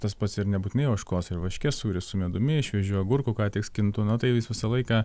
tas pats ir nebūtinai ožkos ir varškės sūris su medumi šviežių agurkų ką tik skintų na tai jis visą laiką